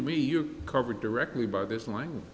to me you're covered directly by this line